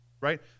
right